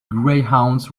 greyhounds